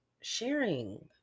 sharing